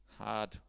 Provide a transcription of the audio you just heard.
hard